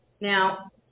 Now